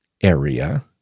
area